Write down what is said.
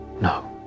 No